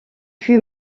fut